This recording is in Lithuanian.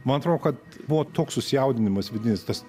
man atrodo kad buvo toks susijaudinimas vidinis tas